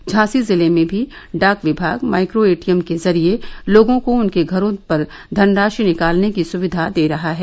झांसी जिले में भी डाक विभाग माइक्रो एटीएम के जरिए लोगों को उनके घरों पर धनराशि निकालने की सुविघा दे रहा है